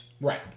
Right